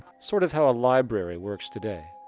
sort of how a library works today.